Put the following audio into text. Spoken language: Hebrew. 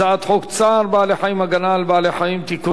הצעת חוק צער בעלי-חיים (הגנה על בעלי-חיים) (תיקון,